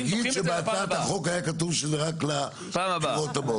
נגיד שבהצעת החוק היה כתוב שזה רק לבחירות הבאות.